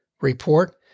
report